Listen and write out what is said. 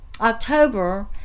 October